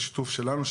בשיתוף שלנו,